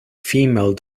female